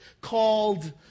called